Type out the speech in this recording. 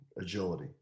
agility